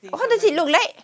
how does it look like